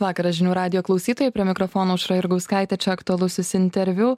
vakarą žinių radijo klausytoja prie mikrofono aušra jurgauskaitė čia aktualusis interviu